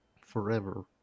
forever